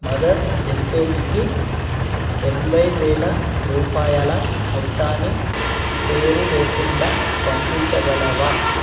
mother హెల్పేజ్కి ఎనభై వెేల రూపాయల మొత్తాన్ని పేరు లేకుండా పంపించగలవా